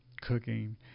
cooking